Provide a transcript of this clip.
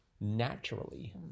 Naturally